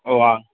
ഓ ആ